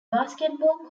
basketball